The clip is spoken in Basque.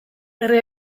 herri